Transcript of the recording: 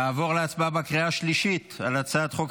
נעבור להצבעה בקריאה השלישית על הצעת חוק